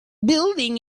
building